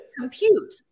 compute